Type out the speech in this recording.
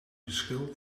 verschil